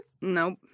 Nope